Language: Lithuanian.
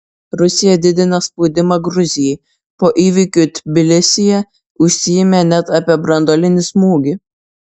rusija didina spaudimą gruzijai po įvykių tbilisyje užsiminė net apie branduolinį smūgį